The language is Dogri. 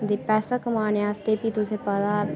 ते पैसा कमाने आस्तै तुसेंगी पता